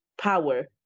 power